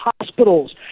hospitals